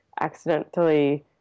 accidentally